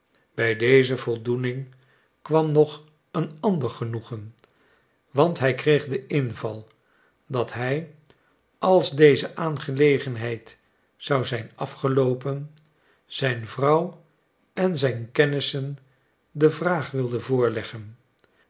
bij deze voldoening kwam nog een ander genoegen want hij kreeg den inval dat hij als deze aangelegenheid zou zijn afgeloopen zijn vrouw en zijn kennissen de vraag wilde voorleggen